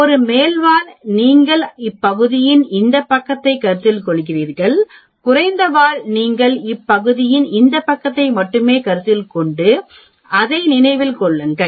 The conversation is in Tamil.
ஒரு மேல் வால் நீங்கள் இப்பகுதியின் இந்த பக்கத்தை கருத்தில் கொள்கிறீர்கள் குறைந்த வால் நீங்கள் இப்பகுதியின் இந்த பக்கத்தை மட்டுமே கருத்தில் கொண்டு அதை நினைவில் கொள்ளுங்கள்